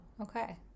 Okay